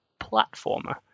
platformer